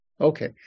Okay